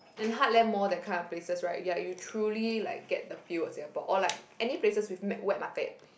and Heartland Mall that kind of places right you're you truly like the feel of Singapore or like any places with me~ wet market